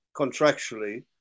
contractually